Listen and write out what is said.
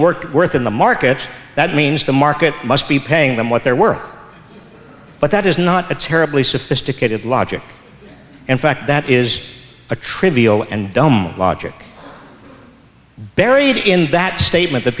worked worth in the market that means the market must be paying them what they're worth but that is not a terribly sophisticated logic in fact that is a trivial and dumb logic buried in that statement that